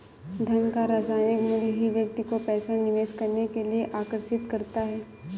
धन का सामायिक मूल्य ही व्यक्ति को पैसा निवेश करने के लिए आर्कषित करता है